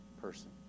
person